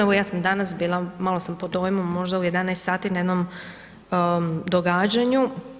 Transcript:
Evo ja sam danas bila, malo sam pod dojmom možda, u 11 sati na jednom događanju.